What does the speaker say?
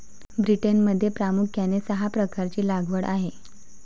ब्रिटनमध्ये प्रामुख्याने सहा प्रकारची लागवड आहे